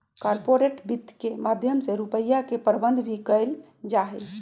corporate वित्त के माध्यम से रुपिया के प्रबन्धन भी कइल जाहई